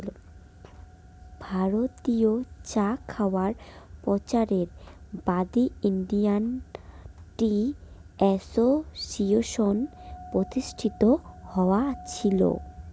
ভারতীয় চা খাওয়ায় প্রচারের বাদী ইন্ডিয়ান টি অ্যাসোসিয়েশন প্রতিষ্ঠিত হয়া আছিল